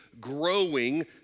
growing